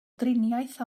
driniaeth